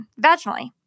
vaginally